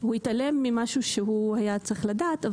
הוא התעלם ממשהו שהוא היה צריך לדעת,